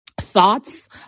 thoughts